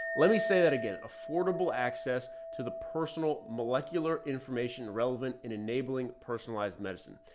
let me say that again, affordable access to the personal molecular information relevant and enabling personalized medicine.